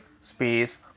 Space